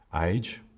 Age